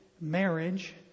marriage